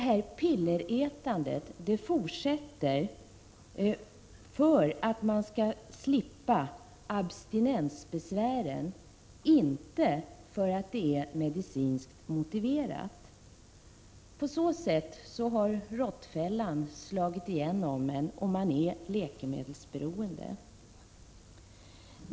Pillerätandet fortsätter för att man skall slippa abstinensbesvären, inte för att det är medicinskt motiverat. På så sätt har råttfällan slagit igen om en, och man är läkemedelsberoende.